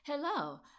Hello